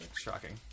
Shocking